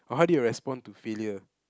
or how do you respond to failure